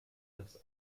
das